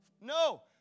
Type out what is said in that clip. No